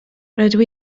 rydw